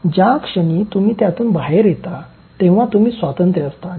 "ज्या क्षणी तुम्ही त्यातून बाहेर येता तेव्हा तुम्ही स्वतंत्र असता